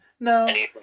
No